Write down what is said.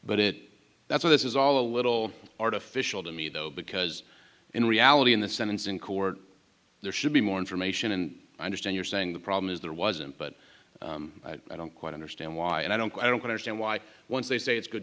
but it that's why this is all a little artificial to me though because in reality in the sentencing court there should be more information and i understand you're saying the problem is there wasn't but i don't quite understand why and i don't quite understand why once they say it's good